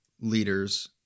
leaders